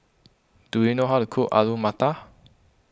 do you know how to cook Alu Matar